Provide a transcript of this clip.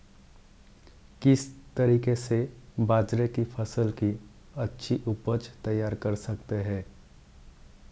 किस तरीके से बाजरे की फसल की अच्छी उपज तैयार कर सकते हैं?